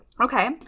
Okay